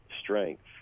strength